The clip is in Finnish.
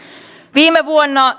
viime vuonna